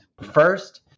First